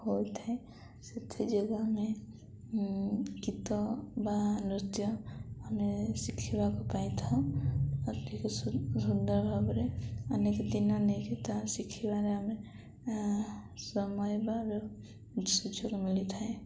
ହୋଇଥାଏ ସେଥିଯୋଗୁଁ ଆମେ ଗୀତ ବା ନୃତ୍ୟ ଆମେ ଶିଖିବାକୁ ପାଇଥାଉ ଆଉ ଟିକେ ସୁନ୍ଦର ଭାବରେ ଅନେକ ଦିନ ନେଇକି ତାହା ଶିଖିବାରେ ଆମେ ସମୟ ବା ସୁଯୋଗ ମିଳିଥାଏ